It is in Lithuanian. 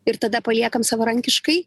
ir tada paliekam savarankiškai